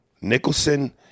Nicholson